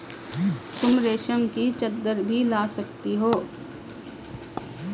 तुम रेशम की चद्दर भी ला सकती हो